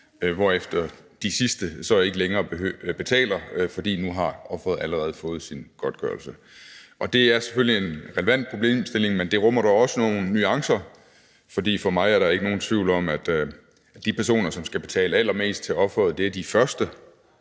hvorefter de sidste så ikke længere betaler, fordi offeret nu allerede har fået sin godtgørelse? Det er selvfølgelig en relevant problemstilling, men det rummer dog også nogle nuancer. For mig er der ikke nogen tvivl om, at de personer, som skal betale allermest til offeret, er de første,